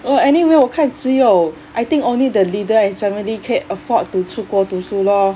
oh anyway 我看只有 I think only the leader and his family 可以 afford to 出国读书 lor